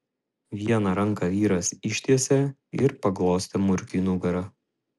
vieną ranką vyras ištiesė ir paglostė murkiui nugarą